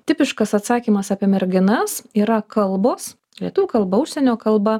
tipiškas atsakymas apie merginas yra kalbos lietuvių kalba užsienio kalba